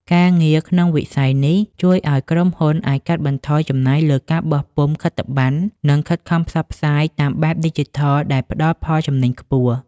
ការងារក្នុងវិស័យនេះជួយឱ្យក្រុមហ៊ុនអាចកាត់បន្ថយចំណាយលើការបោះពុម្ពខិតប័ណ្ណ និងខិតខំផ្សព្វផ្សាយតាមបែបឌីជីថលដែលផ្តល់ផលចំណេញខ្ពស់។